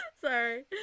sorry